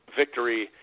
victory